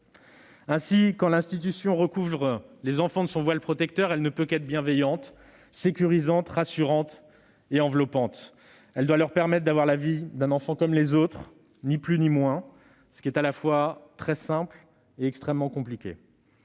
Ainsi, quand l'institution recouvre les enfants de son voile protecteur, elle ne peut qu'être bienveillante, sécurisante, rassurante et enveloppante. Elle doit leur permettre de mener la vie d'un enfant comme les autres, ni plus ni moins, ce qui est à la fois très simple et extrêmement compliqué